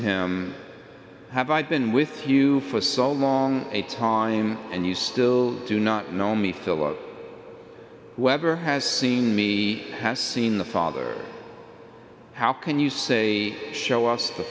him have i been with you for so long a time and you still do not know me philip webber has seen me has seen the father how can you say show us the